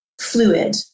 fluid